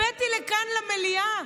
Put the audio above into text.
הבאתי לכאן, למליאה,